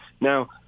Now